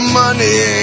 money